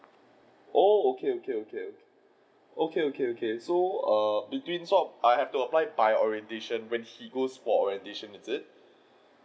oh okay okay okay okay oh okay okay okay so err between sort of err I have to apply by orientation when he goes for orientation is it